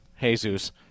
Jesus